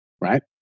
right